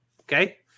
okay